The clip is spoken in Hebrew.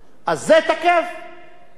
כי מדובר בבית-משפט בין-לאומי.